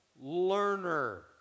learner